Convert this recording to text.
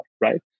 right